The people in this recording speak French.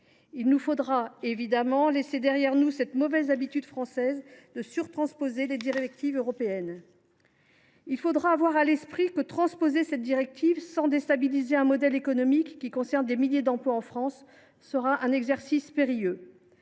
Il nous faudra évidemment laisser derrière nous cette mauvaise habitude française de surtransposer les directives européennes. Nous devrons avoir à l’esprit que la transposition de cette directive sans déstabiliser un modèle économique qui concerne des milliers d’emplois en France sera un exercice périlleux.